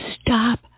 Stop